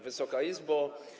Wysoka Izbo!